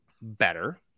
better